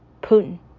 Putin